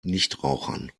nichtrauchern